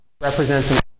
Represents